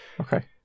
Okay